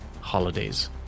holidays